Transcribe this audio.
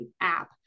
app